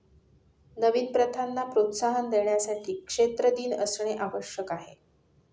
नवीन प्रथांना प्रोत्साहन देण्यासाठी क्षेत्र दिन असणे आवश्यक आहे